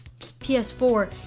PS4